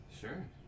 Sure